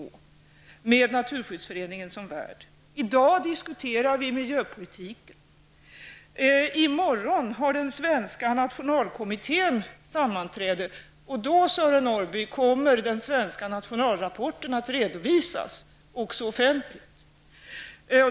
För detta möte var Naturskyddsföreningen värd. I dag diskuterar riksdagen miljöpolitiken. I morgon har den svenska nationalkommittén sammanträde. Då, Sören Norrby, kommer den svenska nationalrapporten att redovisas också offentligt.